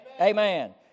Amen